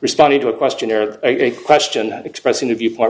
responding to a questionnaire or a question expressing the viewpoint